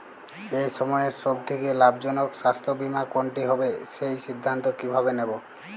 এই সময়ের সব থেকে লাভজনক স্বাস্থ্য বীমা কোনটি হবে সেই সিদ্ধান্ত কীভাবে নেব?